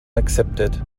accepted